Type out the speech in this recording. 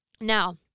Now